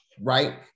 Right